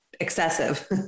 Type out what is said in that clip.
Excessive